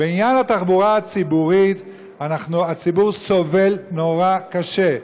בעניין התחבורה הציבורית הציבור סובל נורא קשה.